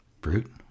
Brute